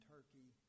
Turkey